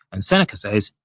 and seneca says,